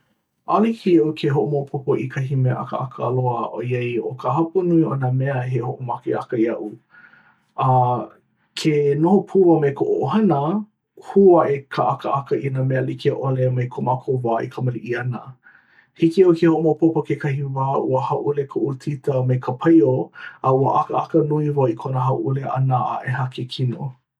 ʻAʻole hiki iaʻu ke hoʻomaopopo i kahi mea ʻakaʻaka loa ʻoiai ʻo ka hapa nui o nā mea he hoʻomāʻkeʻaka iaʻu. Uh ke noho pū wau me koʻu ʻohana hū aʻe ka ʻakaʻaka i nā mea like ʻole mai ko mākou wā e kamaliʻi ana. Hiki iaʻu ke hoʻomaopopo kekahi wā ua hāʻule koʻu tita mai ka paiō a ua ʻakaʻaka nui wau i kona hāʻule ʻana a ʻeha ke kino.